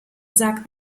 sagt